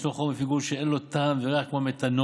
ישנו חומר פיגול שאין לו טעם וריח, כמו מתנול.